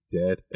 dead